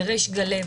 בריש גלי,